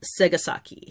Segasaki